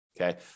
Okay